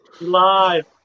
Live